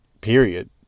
period